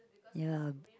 ya